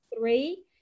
three